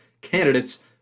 candidates